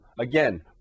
again